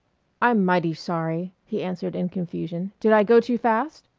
i'm mighty sorry, he answered in confusion. did i go too fast?